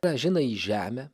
na žinai į žemę